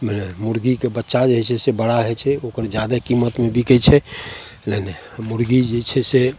जे मुरगीके बच्चा जे होइ छै से बड़ा होइ छै ओकर जादे कीमतमे बिकै छै नहि नहि ओ मुरगी जे छै से